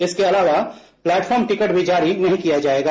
इसके अलावा platform ticket भी जारी नहीं किया जाएगा